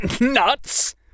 nuts